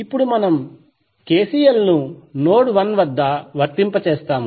ఇప్పుడు మనము KCL ను నోడ్ 1 వద్ద వర్తింపజేస్తాము